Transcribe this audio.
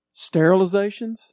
sterilizations